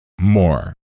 More